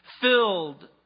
filled